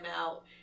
out